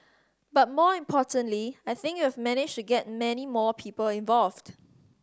but more importantly I think we've managed to get many more people involved